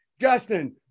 Justin